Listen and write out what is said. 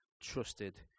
trusted